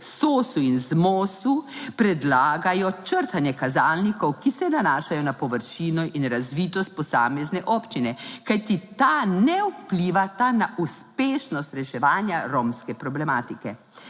Sosu in Zmosu, predlagajo črtanje kazalnikov, ki se nanašajo na površino in razvitost posamezne občine. Kajti, ta ne vplivata na uspešnost reševanja romske problematike.